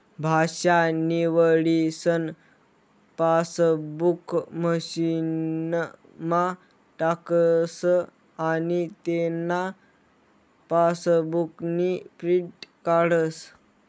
भाषा निवडीसन पासबुक मशीनमा टाकस आनी तेना पासबुकनी प्रिंट काढस